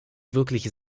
wirklich